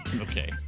Okay